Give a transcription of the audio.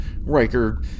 Riker